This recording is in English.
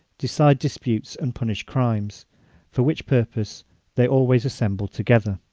decided disputes and punished crimes for which purpose they always assembled together